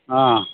ಹಾಂ